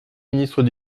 ministre